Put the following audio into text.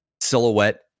silhouette